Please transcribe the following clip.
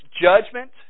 judgment